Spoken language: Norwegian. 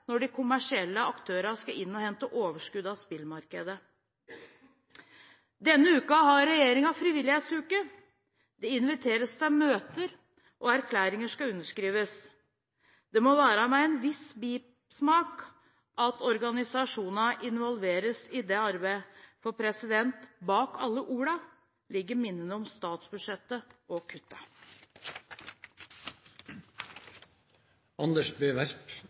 når de kommersielle aktørene skal inn og hente overskudd fra spillmarkedet. Denne uken har regjeringen frivillighetsuke. Det inviteres til møter, og erklæringer skal underskrives. Det må være med en viss bismak organisasjonene involveres i det arbeidet, for bak alle ordene ligger minnene om statsbudsjettet og